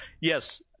yes